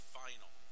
final